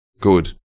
good